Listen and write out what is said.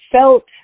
felt